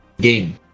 game